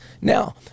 Now